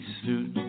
suit